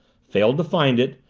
failed to find it,